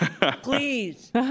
Please